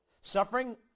Suffering